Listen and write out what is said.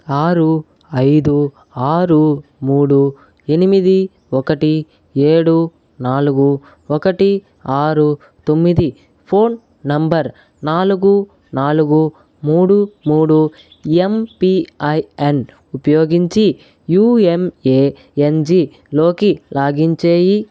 ఆరు ఐదు ఆరు మూడు ఎనిమిది ఒకటి ఏడు నాలుగు ఒకటి ఆరు తొమ్మిది ఫోన్ నంబర్ నాలుగు నాలుగు మూడు మూడు ఏంపిఐఎన్ ఉపయోగించి యూఎంఏఎన్జి లోకి లాగిన్ చేయి